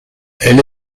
elle